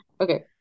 Okay